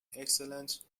excellent